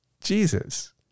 Jesus